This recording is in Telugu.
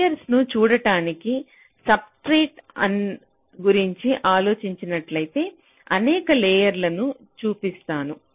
లేయర్ ను చూడటానికి సబ్ స్ట్రెట్ గురించి ఆలోచించినట్లయితే అనేక లేయర్లు ను చూపిస్తున్నాను